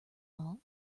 all